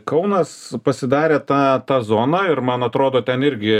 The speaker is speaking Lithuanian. kaunas pasidarė tą tą zoną ir man atrodo ten irgi